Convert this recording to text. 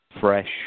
fresh